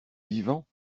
vivants